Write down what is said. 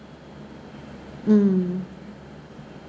mm